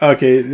Okay